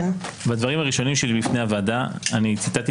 בדברים הראשונים שלי בפני הוועדה אני ציטטתי